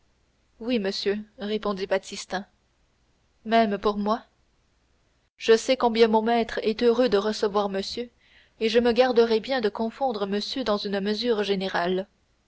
oui monsieur répondit baptistin même pour moi je sais combien mon maître est heureux de recevoir monsieur et je me garderais bien de confondre monsieur dans une mesure générale